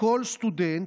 לכל סטודנט.